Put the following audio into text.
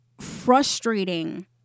frustrating